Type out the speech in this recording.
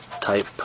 type